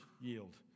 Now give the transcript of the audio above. yield